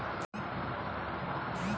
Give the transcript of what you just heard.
कौन एप्पबा सबसे अच्छा हय?